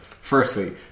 firstly